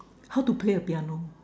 how to play a piano